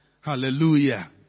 Hallelujah